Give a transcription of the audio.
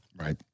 Right